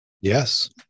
Yes